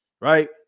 right